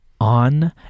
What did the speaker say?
on